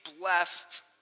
blessed